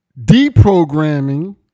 deprogramming